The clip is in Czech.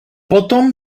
potom